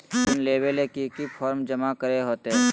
ऋण लेबे ले की की फॉर्म जमा करे होते?